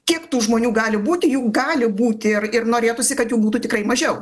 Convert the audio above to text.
kiek tų žmonių gali būti jų gali būti ir ir norėtųsi kad jų būtų tikrai mažiau